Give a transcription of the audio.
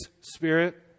spirit